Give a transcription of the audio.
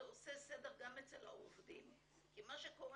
זה עושה סדר גם אצל העובדים כי מה שקורה